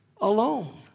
alone